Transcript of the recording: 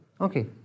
Okay